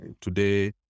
Today